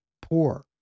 poor